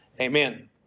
Amen